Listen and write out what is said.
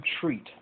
treat